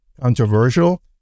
controversial